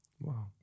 wow